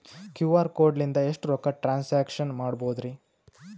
QR code ಲಿಂದ ಎಷ್ಟ ರೊಕ್ಕ ಟ್ರಾನ್ಸ್ಯಾಕ್ಷನ ಮಾಡ್ಬೋದ್ರಿ?